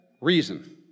reason